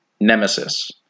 Nemesis